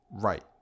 Right